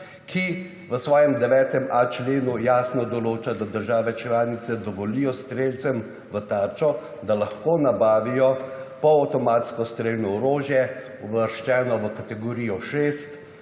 ki v svojem 9.a členu jasno določa, da države članice dovolijo strelcem v tarčo, da lahko nabavijo polavtomatsko strelno orožje, uvrščeno v kategorijo 6